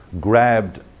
grabbed